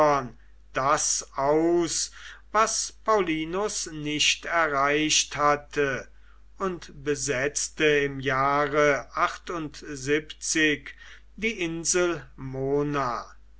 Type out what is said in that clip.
das aus was paullinus nicht erreicht hatte und besetzte im jahre die insel